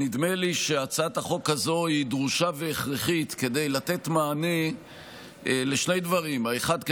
נדמה לי שהצעת החוק הזאת דרושה והכרחית כדי לתת מענה לשני דברים: האחד,